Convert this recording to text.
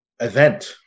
event